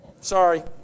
sorry